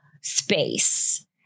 space